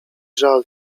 żal